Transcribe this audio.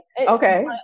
Okay